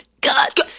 God